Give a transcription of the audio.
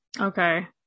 Okay